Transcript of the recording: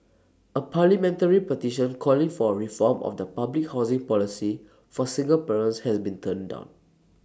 A parliamentary petition calling for A reform of the public housing policy for single parents has been turned down